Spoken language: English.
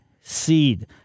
seed